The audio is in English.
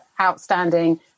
outstanding